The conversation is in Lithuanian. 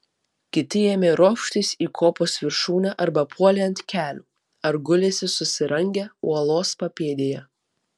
kiti ėmė ropštis į kopos viršūnę arba puolė ant kelių ar gulėsi susirangę uolos papėdėje